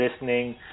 listening